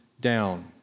down